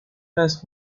است